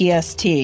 PST